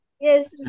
yes